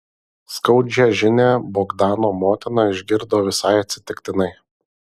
skaudžią žinią bogdano motina išgirdo visai atsitiktinai